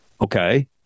okay